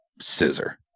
scissor